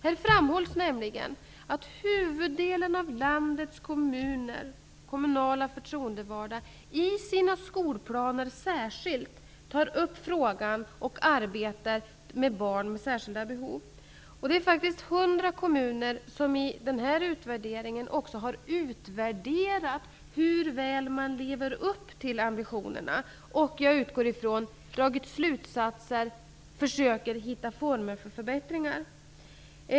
Här framhålls nämligen att huvuddelen av landets kommuner och kommunala förtroendevalda i sina skolplaner särskilt tar upp arbetet med barn med särskilda behov. I Skolverkets redovisning har 100 kommuner utvärderat hur väl de lever upp till ambitionerna, de drar slutsatser och försöker, utgår jag ifrån, hitta former för förbättringar.